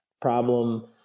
problem